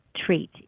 treat